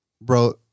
Bro